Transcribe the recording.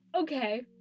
okay